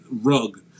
rug